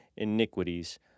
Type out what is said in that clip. iniquities